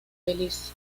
belice